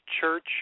church